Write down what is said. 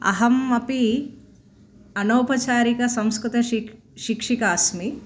अहम् अपि अनौपचारिकसंस्कृत शि शिक्षिका अस्मि